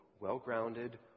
well-grounded